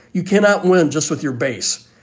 you cannot win just with your base,